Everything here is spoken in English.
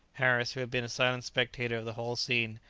harris, who had been a silent spectator of the whole scene,